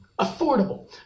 affordable